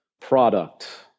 product